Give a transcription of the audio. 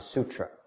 Sutra